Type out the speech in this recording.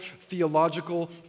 theological